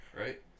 right